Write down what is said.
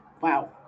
Wow